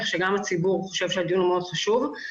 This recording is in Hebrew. כך שגם הציבור חושב שהדיון מאוד חשוב.